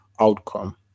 outcome